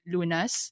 Lunas